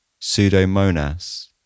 pseudomonas